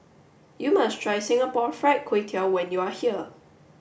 you must try Singapore fried Kway Tiao when you are here